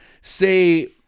say